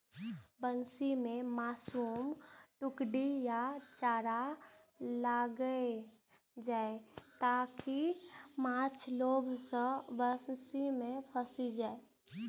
बंसी मे मासुक टुकड़ी या चारा लगाएल जाइ, ताकि माछ लोभ मे बंसी मे फंसि जाए